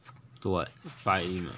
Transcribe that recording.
to what fighting ah